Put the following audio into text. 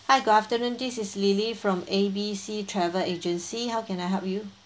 hi good afternoon this is lily from A B C travel agency how can I help you